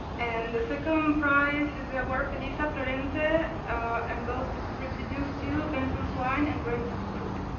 and the second prize is the award felisa llorente and goes to two recipients, too, benton swain and grace cooke.